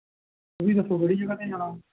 ਤੁਸੀਂ ਦੱਸੋ ਕਿਹੜੀ ਜਗ੍ਹਾ 'ਤੇ ਜਾਣਾ